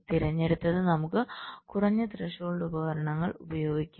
തിരഞ്ഞെടുത്ത് നമുക്ക് കുറഞ്ഞ ത്രെഷോൾഡ് ഉപകരണങ്ങൾ ഉപയോഗിക്കാം